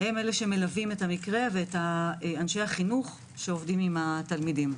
הם שמלווים את המקרה ואת אנשי החינוך שעובדים עם התלמידים.